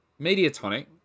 Mediatonic